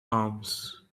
arms